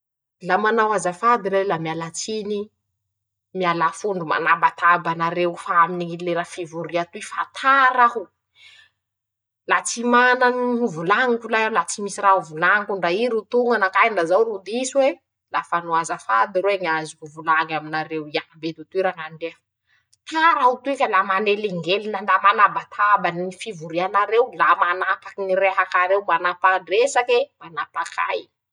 La manao azafady lay, la miala tsiny, miala fondro, manabataba anareo fa aminy ñy lera fivoria toy fa tara aho. La tsy mana ñy hovolañiko lay aho, la tsy misy raha hovolañiko ndra ii ro tó ñanakahy ndra zao ro diso e, lafa no azafady roe ñy azoko volañy amin'areo iaby eto toy rañandria; tara aho toy ka la manelingelina, la manabatabany ñy fivorianareo, la manapaky ñy rehakareo, la mana-dresake, manapañ'ay.